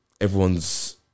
everyone's